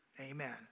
Amen